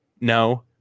No